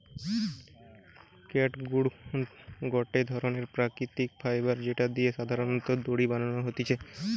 catgut গটে ধরণের প্রাকৃতিক ফাইবার যেটা দিয়ে সাধারণত দড়ি বানানো হতিছে